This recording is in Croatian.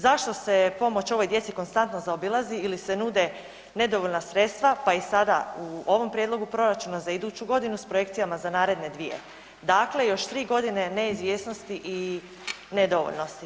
Zašto se pomoć ovoj djeci konstantno zaobilazi ili e nude nedovoljna sredstva pa o sada u ovom prijedlogu proračuna za iduću godinu s projekcijama za naredne dvije, dakle još tri godine neizvjesnosti i nedovoljnosti.